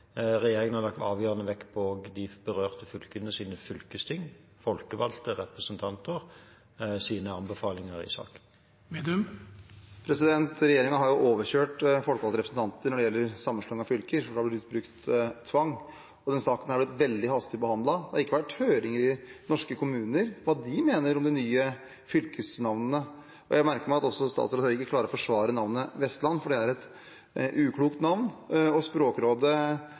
Regjeringen har lagt avgjørende vekt på de berørte fylkenes fylkesting, folkevalgte representanters anbefalinger i saken. Regjeringen har overkjørt folkevalgte representanter når det gjelder sammenslåing av fylker, for det har blitt brukt tvang. Denne saken har blitt veldig hastig behandlet. Det har ikke vært høring i norske kommuner – hva de mener om de nye fylkesnavnene. Jeg merker meg også at statsråd Høie ikke klarer å forsvare navnet «Vestland», for det er et uklokt navn. Han klargjør heller ikke om Språkrådet